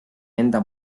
enda